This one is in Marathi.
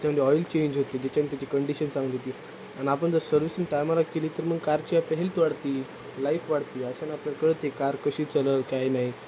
त्याच्यामध्ये ऑईल चेंज होती त्याच्याने त्याची कंडिशन चांगली होती आणि आपण जर सर्व्हिसिंग टायमाला केली तर मग कारची आपली हेल्त वाढते लाईफ वाढते अशाने आपल्याला कळते कार कशी चालेल काय नाही